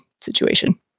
situation